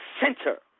center